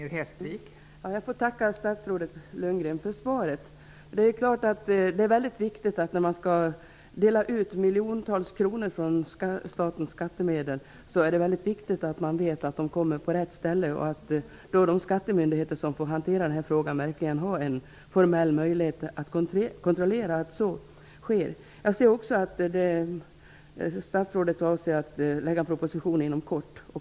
Fru talman! Jag får tacka statsrådet Bo Lundgren för svaret. När man skall dela ut miljontals kronor från statens skattemedel är det mycket viktigt att man vet att de kommer till rätt ställe och att de skattemyndigheter som får hantera den här frågan verkligen har en formell möjlighet att kontrollera att så sker. Jag ser också att statsrådet avser att lägga fram en proposition inom kort.